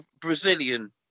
Brazilian